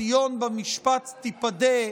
"ציון במשפט תיפדה",